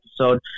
episode